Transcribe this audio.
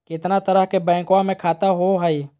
कितना तरह के बैंकवा में खाता होव हई?